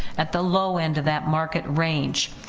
at the low end of that market range.